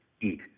eat